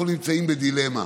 אנחנו נמצאים בדילמה.